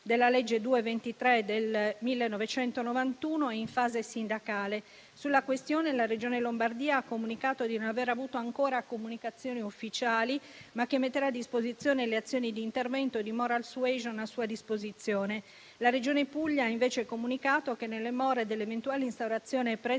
della legge n. 223 del 1991 è in fase sindacale. Sulla questione la Regione Lombardia ha comunicato di non aver avuto ancora comunicazioni ufficiali, ma che metterà a disposizione le azioni di intervento di *moral suasion* a sua disposizione. La Regione Puglia ha invece comunicato che, nelle more dell'eventuale instaurazione presso il